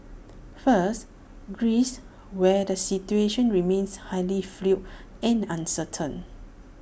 first Greece where the situation remains highly fluid and uncertain